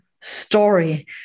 story